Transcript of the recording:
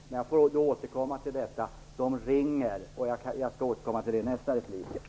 Människor ringer om det här. Jag får återkomma till detta i min nästa replik.